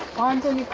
onto